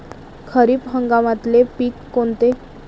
खरीप हंगामातले पिकं कोनते?